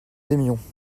aimions